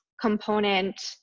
component